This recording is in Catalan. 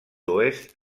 oest